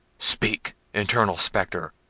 speak, internal spectre!